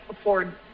afford